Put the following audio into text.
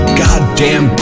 goddamn